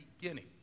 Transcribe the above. beginning